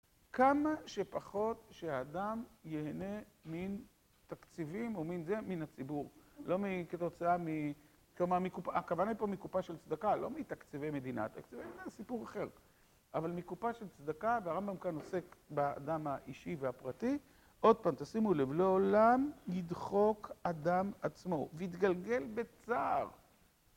כמה שפחות שהאדם יהנה מן תקציבים ומן זה, מן הציבור. לא כתוצאה, כלומר, מקופה, הכוונה פה מקופה של צדקה, לא מתקציבי מדינה. תקציבי מדינה זה סיפור אחר, אבל מקופה של צדקה, והרמב״ם כאן עוסק באדם האישי והפרטי. עוד פעם, תשימו לב, לעולם ידחוק אדם עצמו, ויתגלגל בצער.